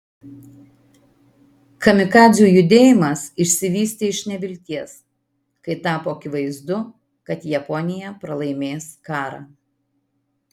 kamikadzių judėjimas išsivystė iš nevilties kai tapo akivaizdu kad japonija pralaimės karą